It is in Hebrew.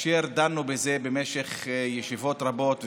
דנו בזה במשך ישיבות רבות,